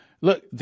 Look